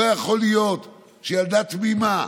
לא יכול להיות שילדה תמימה,